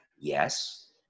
Yes